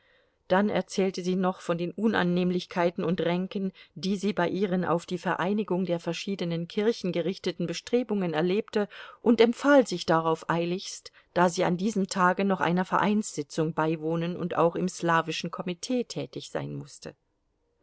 dann erzählte sie noch von den unannehmlichkeiten und ränken die sie bei ihren auf die vereinigung der verschiedenen kirchen gerichteten bestrebungen erlebte und empfahl sich darauf eiligst da sie an diesem tage noch einer vereinssitzung beiwohnen und auch im slawischen komitee tätig sein mußte